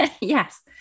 Yes